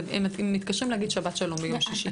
הם מתקשרים להגיד שבת שלום ביום שישי.